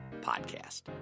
podcast